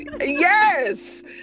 Yes